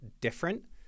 different